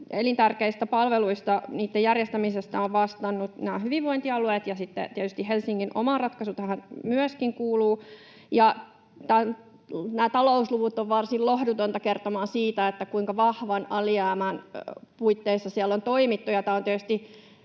elintärkeistä palveluista, niitten järjestämisestä, ovat vastanneet hyvinvointialueet, ja sitten tietysti Helsingin oma ratkaisu tähän myöskin kuuluu. Nämä talousluvut ovat varsin lohdutonta kertomaa siitä, kuinka vahvan alijäämän puitteissa siellä on toimittu.